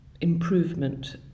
improvement